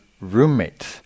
roommate